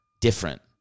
different